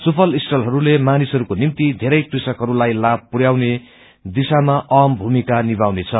सुफल स्टालहरूले मानिसहरूको निम्ति साथै कृषकहरूलाई लाभ पुरयाउने दिशामा अहम भूमका निभाउनेछ